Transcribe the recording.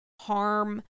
harm